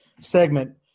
segment